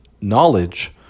knowledge